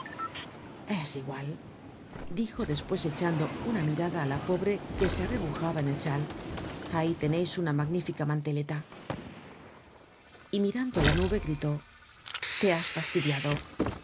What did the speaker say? es igual dijo despues echando una mirada á la pobre que se arrebujaba en el chai ahí teneis una magnífica manteleta y mirando á la nube gritó te has fastidiado los